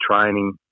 training